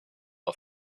auf